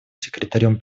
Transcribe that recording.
секретарем